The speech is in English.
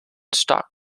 stock